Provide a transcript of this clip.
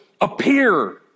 appear